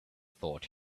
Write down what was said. thought